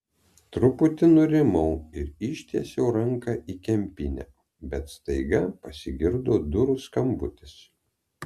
truputį nurimau ir ištiesiau ranką į kempinę bet staiga pasigirdo durų skambutis